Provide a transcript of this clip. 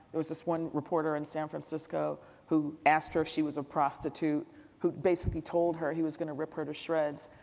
there was this one reporter in san francisco who asked her if she was a prostitute who basically told her he was going to rip her to shreds.